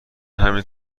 همین